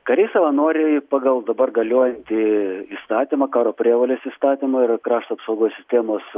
kariai savanoriai pagal dabar galiojantį įstatymą karo prievolės įstatymą ir krašto apsaugos sistemos